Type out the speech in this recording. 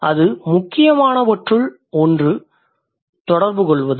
அந்த முக்கியமானவற்றுள் ஒன்று தொடர்புகொள்வது